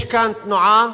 יש כאן תנועה